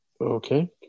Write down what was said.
Okay